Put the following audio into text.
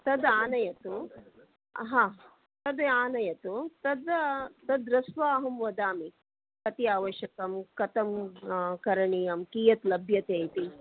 तद् आनयतु हा तद् आनयतु तद् तद् दृष्ट्वा अहं वदामि कति अवश्यकं कतं करणीयं कियत् लभ्यते इति